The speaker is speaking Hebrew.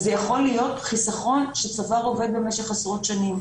וזה יכול להיות חיסכון שצבר עובד במשך עשרות שנים.